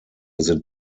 sind